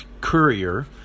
Courier